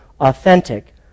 authentic